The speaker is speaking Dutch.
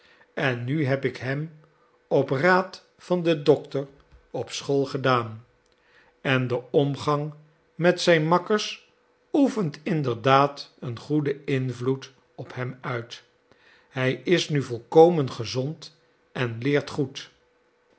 en nu heb ik hem op raad van den dokter op school gedaan en de omgang met zijn makkers oefent inderdaad een goeden invloed op hem uit hij is nu volkomen gezond en leert goed